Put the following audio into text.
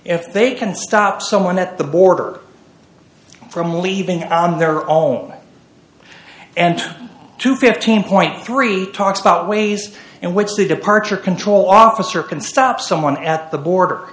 if they can stop someone at the border from leaving on their own and two hundred and fifteen three talks about ways in which the departure control officer can stop someone at the border